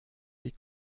die